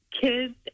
kids